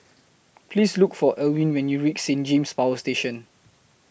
Please Look For Elwyn when YOU REACH Saint James Power Station